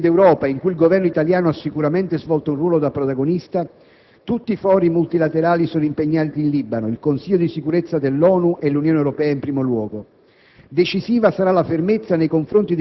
Grazie a una nuova intesa tra Stati Uniti ed Europa, in cui il Governo italiano ha sicuramente svolto un ruolo da protagonista, tutti i fori multilaterali sono impegnati in Libano: il Consiglio di sicurezza dell'ONU e l'Unione Europea in primo luogo.